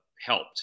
helped